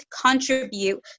contribute